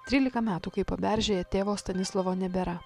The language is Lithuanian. trylika metų kai paberžėje tėvo stanislovo nebėra